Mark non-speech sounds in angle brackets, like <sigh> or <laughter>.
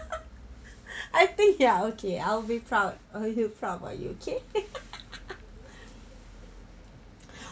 <laughs> I think ya okay I'll be proud I will proud about you okay <laughs>